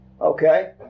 Okay